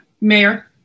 Mayor